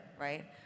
right